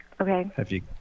Okay